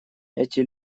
эти